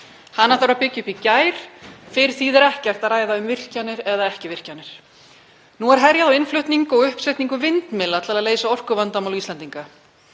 Hana þarf að byggja upp í gær, fyrr þýðir ekkert að ræða um virkjanir eða ekki virkjanir. Nú er herjað á innflutning og uppsetningu vindmylla til að leysa orkuvandamál Íslendinga.